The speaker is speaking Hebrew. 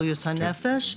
בריאות הנפש.